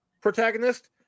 protagonist